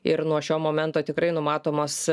ir nuo šio momento tikrai numatomos